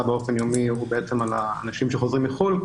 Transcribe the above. באופן יומי הוא בעצם על האנשים שחוזרים מחו"ל,